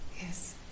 yes